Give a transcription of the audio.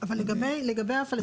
אבל לגבי הפלסטינאים,